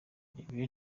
ibi